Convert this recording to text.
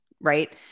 right